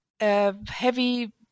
Heavy